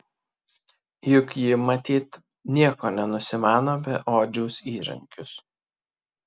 juk ji matyt nieko nenusimano apie odžiaus įrankius